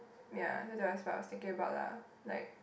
ya that was what I was thinking about lah like